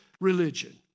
religion